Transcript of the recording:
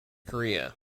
korea